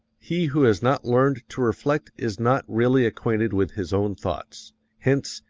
he who has not learned to reflect is not really acquainted with his own thoughts hence,